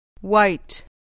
White